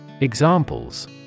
Examples